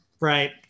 Right